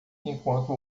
enquanto